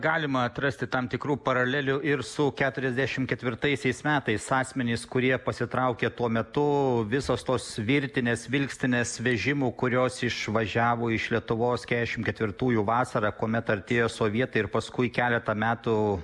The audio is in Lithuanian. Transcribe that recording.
galima atrasti tam tikrų paralelių ir su keturiasdešim ketvirtaisiais metais asmenys kurie pasitraukė tuo metu visos tos virtinės vilkstinės vežimų kurios išvažiavo iš lietuvos kešim ketvirtųjų vasarą kuomet artėjo sovietai ir paskui keletą metų